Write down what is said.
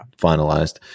finalized